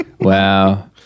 wow